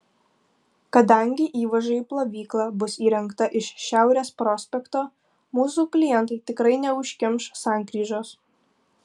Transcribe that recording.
kadangi įvaža į plovyklą bus įrengta iš šiaurės prospekto mūsų klientai tikrai neužkimš sankryžos